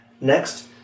Next